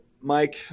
Mike